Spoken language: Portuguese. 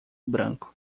branco